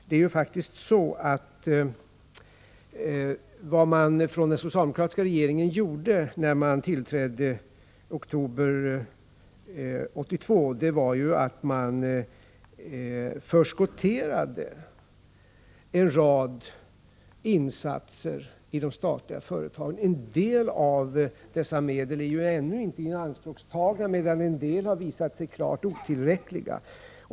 Det är faktiskt så att vad den socialdemokratiska regeringen gjorde när den tillträdde i oktober 1982 var att förskottera en rad insatser i de statliga företagen. En del av dessa medel är ännu inte ianspråktagna, medan en del har visat sig klart otillräckliga.